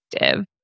active